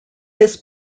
his